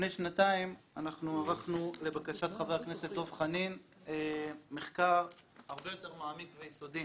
שנים ערכנו לבקשת חבר הכנסת דב חנין מחקר הרבה יותר מעמיק ויסודי